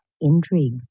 intrigue